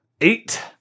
eight